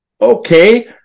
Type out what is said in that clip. Okay